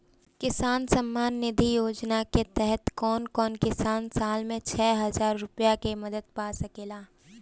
किसान सम्मान निधि योजना के तहत कउन कउन किसान साल में छह हजार रूपया के मदद पा सकेला?